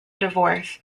divorce